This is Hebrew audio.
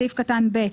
בסעיף קטן (ב)